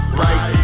right